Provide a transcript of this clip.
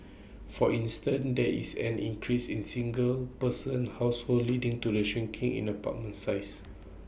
for instance there is an increase in single person households leading to the shrinking in apartment sizes